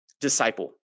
disciple